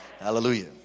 hallelujah